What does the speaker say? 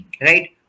right